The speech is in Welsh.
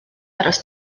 aros